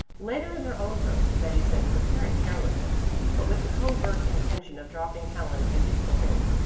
later, in their own room, betty said with apparent carelessness but with the covert intention of dropping helen a useful hint,